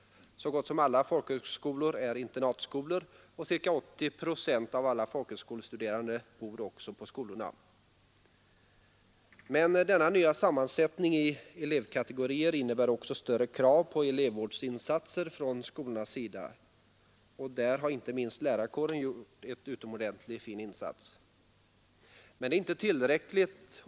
Så gott som alla folkhögskolor är internatskolor, och ca 80 procent av alla folkhögskolestuderande bor också på skolorna. Men denna nya sammansättning av elevkategorierna innebär också ett större krav på elevvårdsinsatser från skolornas sida. Där har inte minst lärarkåren gjort en utomordentligt fin insats. Men det är inte tillräckligt.